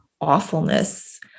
awfulness